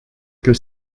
que